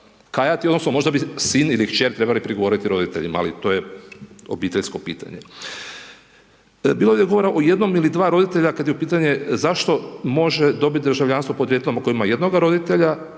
kajati, odnosno možda bi sin ili kćer trebali prigovoriti roditeljima, ali to je obiteljsko pitanje. Bilo je govora o jednom ili dva roditelja kad je pitanje zašto može dobiti državljanstvo podrijetlom ako ima jednoga roditelja,